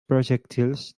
projectiles